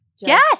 Yes